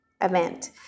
event